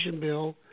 Bill